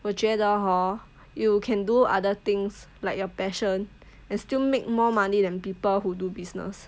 我觉得 hor you can do other things like your passion and still make more money than people who do business